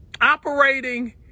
operating